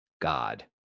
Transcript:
God